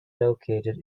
located